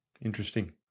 Interesting